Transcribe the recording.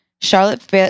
Charlotte